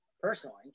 personally